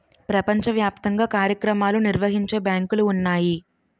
ప్రపంచ వ్యాప్తంగా కార్యక్రమాలు నిర్వహించే బ్యాంకులు ఉన్నాయి